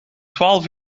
twaalf